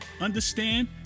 understand